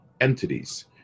entities